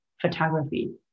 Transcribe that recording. photography